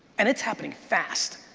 and it's happening fast,